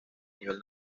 nivel